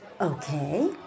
Okay